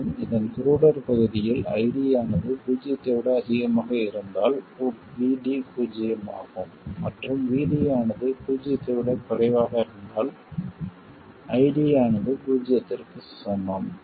மேலும் இதன் க்ரூடர் பதிப்பில் ID ஆனது பூஜ்ஜியத்தை விட அதிகமாக இருந்தால் VD பூஜ்ஜியமாகும் மற்றும் VD ஆனது பூஜ்ஜியத்தை விட குறைவாக இருந்தால் ID ஆனது பூஜ்ஜியத்திற்கு சமம்